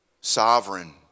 sovereign